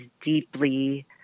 deeply